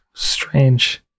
Strange